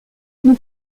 nous